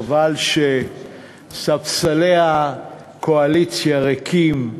חבל שספסלי הקואליציה ריקים,